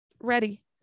ready